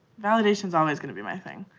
validation's always gonna be my thing,